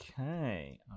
Okay